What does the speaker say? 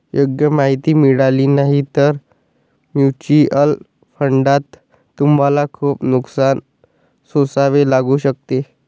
योग्य माहिती मिळाली नाही तर म्युच्युअल फंडात तुम्हाला खूप नुकसान सोसावे लागू शकते